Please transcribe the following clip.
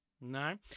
No